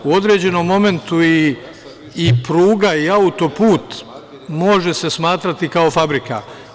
U određenom momentu i pruga i autoput može se smatrati kao fabrika.